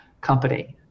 company